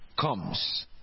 comes